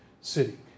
city